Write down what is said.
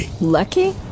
Lucky